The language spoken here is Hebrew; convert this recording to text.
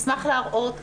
אני אשמח לראות.